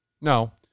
No